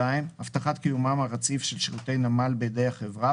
הבטחת קיומם הרציף של שירותי נמל בידי החברה,